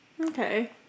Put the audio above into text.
Okay